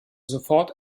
sofort